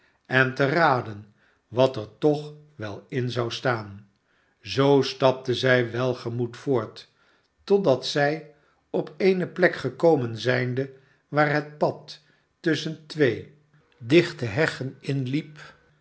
en te raden wat er toch wel in zou staan zoo stapte zij welgemoed voort totdat zij op eene plek gekomen zijnde waar het pad tusschen twee dichte heggen inliep